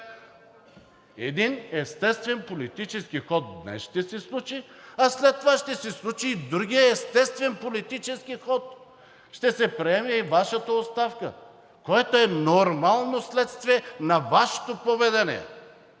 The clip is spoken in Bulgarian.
един естествен политически ход днес ще се случи, а след това ще се случи и другият естествен политически ход, ще се приеме и Вашата оставка, което е нормално следствие на Вашето поведение.